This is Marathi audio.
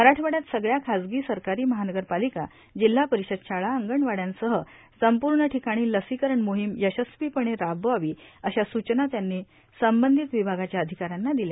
मराठवाडयात सगळ्या खासगी सरकारी महानगरपालिका जिल्हा परिषद शाळा अंगणवाडयांसह संपूर्ण ठिकाणी लसीकरण मोहीम यशस्वीपणे राबवावी अशा सूचना त्यांनी संबंधित विभागाच्या अधिकाऱ्यांना दिल्या